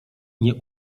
nie